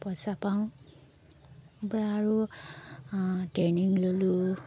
পইচা পাওঁ তাৰপৰা আৰু ট্ৰেইনিং ল'লোঁ